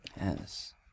Yes